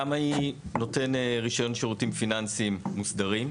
גמא היא נותן רישיון שירותים פיננסים מוסדרים.